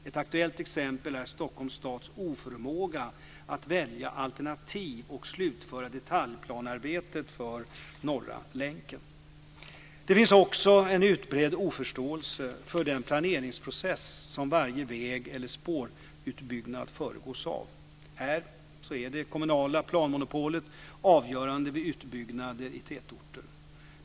Ett aktuellt exempel är Stockholms stads oförmåga att välja alternativ och slutföra detaljplanearbetet för Norra Länken. Det finns också en utbredd oförståelse för den planeringsprocess som varje väg eller spårutbyggnad föregås av. Här är det kommunala planmonopolet avgörande vid utbyggnader i tätorter.